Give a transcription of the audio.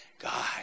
God